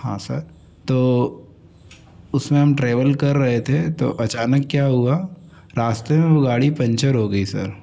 हाँ सर तो उसमें हम ट्रेवल कर रहे थे तो अचानक क्या हुआ रास्ते में वो गाड़ी पंचर हो गई सर